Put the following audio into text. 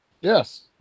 Yes